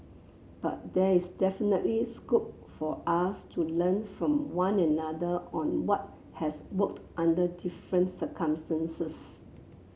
but there is definitely scope for us to learn from one another on what has worked under different circumstances